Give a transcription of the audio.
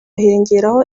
hiyongeraho